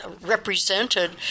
represented